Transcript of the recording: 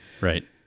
Right